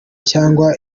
cyangwa